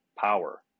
power